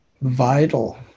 vital